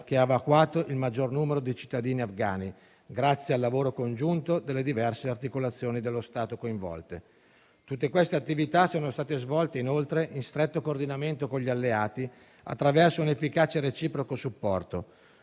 che ha evacuato il maggior numero di cittadini afghani, grazie al lavoro congiunto delle diverse articolazioni dello Stato coinvolte. Tutte queste attività sono state svolte, inoltre, in stretto coordinamento con gli alleati attraverso un'efficace e reciproco supporto.